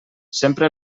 sempre